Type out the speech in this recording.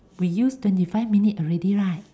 we use twenty five minute already right